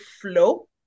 flow